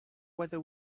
whether